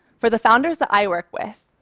for the founders that i work with,